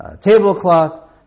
tablecloth